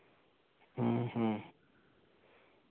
ᱦᱮᱸ ᱦᱮᱸ